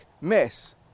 mess